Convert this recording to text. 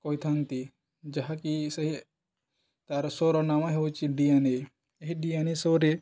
କହିଥାନ୍ତି ଯାହାକି ସେହି ତାର ସୋରର ନାମ ହେଉଛି ଡି ଏନ ଏ ଏହି ଡି ଏନ ଏ ସୋରେ